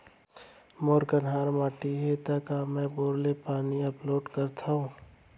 मोर कन्हार माटी हे, त का मैं बोर ले पानी अपलोड सकथव?